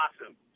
awesome